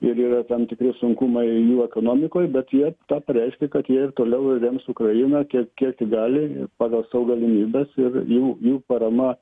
ir yra tam tikri sunkumai jų ekonomikoj bet jie tą pareiškė kad jie ir toliau rems ukrainą tiek kiek gali pagal savo galimybes ir jų jų parama